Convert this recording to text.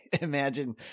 Imagine